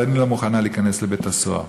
אבל אני לא מוכנה להיכנס לבית-הסוהר.